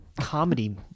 Comedy